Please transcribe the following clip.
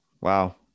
Wow